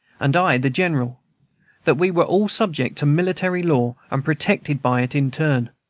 and i the general that we were all subject to military law, and protected by it in turn.